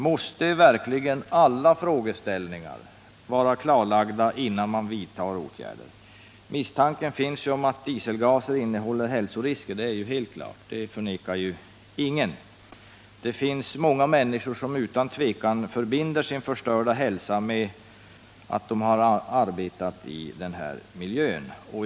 Måste verkligen alla frågeställningar vara klarlagda innan man vidtar åtgärder? Misstanken finns att dieselgaser utgör hälsorisker. Det är helt klart. Det förnekar ingen. Många människor förbinder utan tvivel sin förstörda hälsa med sitt arbete i den här miljön.